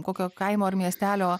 kokio kaimo ar miestelio